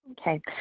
Okay